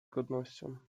godnością